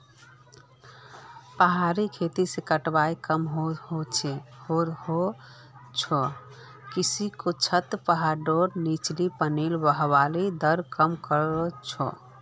पहाड़ी खेती से कटाव कम ह छ किसेकी छतें पहाड़ीर नीचला पानीर बहवार दरक कम कर छे